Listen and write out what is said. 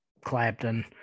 Clapton